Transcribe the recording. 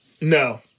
No